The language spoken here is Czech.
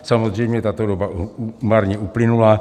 Samozřejmě tato doba marně uplynula.